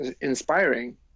inspiring